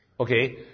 Okay